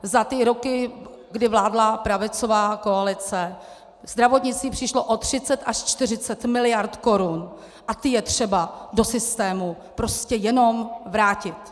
Za ty roky, kdy vládla pravicová koalice, zdravotnictví přišlo o 30 až 40 mld. korun a ty je třeba do systému prostě jenom vrátit.